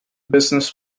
business